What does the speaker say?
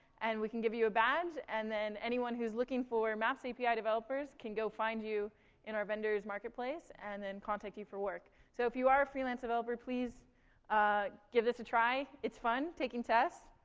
and we can give you a badge, and then anyone who's looking for maps api developers can go find you in our vendors marketplace and then contact you for work. so if you are a freelance developer, please give this a try. it's fun, taking tests.